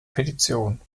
petition